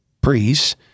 priests